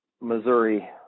Missouri